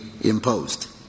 imposed